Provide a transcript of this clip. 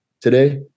today